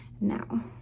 Now